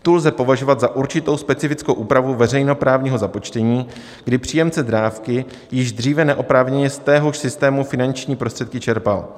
Tu lze považovat za určitou specifickou úpravu veřejnoprávního započtení, kdy příjemce dávky již dříve neoprávněně z téhož systému finanční prostředky čerpal.